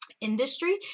industry